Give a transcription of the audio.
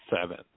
seven